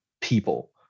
people